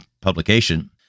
publication